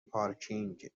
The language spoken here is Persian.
پارکینگ